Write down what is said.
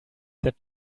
that